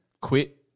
quit